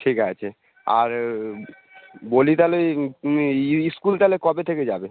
ঠিক আছে আর বলি তাহলে ই এ ই ই স্কুল তাহলে কবে থেকে যাবে